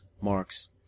marks